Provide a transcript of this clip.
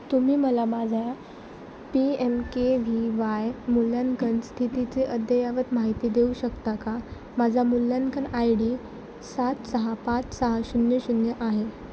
तुम्ही मला माझा P M K V Y मूल्यांकन स्थितीची अद्ययावत माहिती देऊ शकता का माझा मूल्यांकन आय डी सात सहा पाच सहा शून्य शून्य आहे